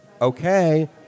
Okay